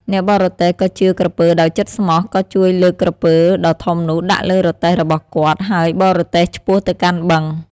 អ្នកបរទេះក៏ជឿក្រពើដោយចិត្តស្មោះក៏ជួយលើកក្រពើដ៏ធំនោះដាក់លើទេះរបស់គាត់ ហើយបរទេះឆ្ពោះទៅកាន់បឹង។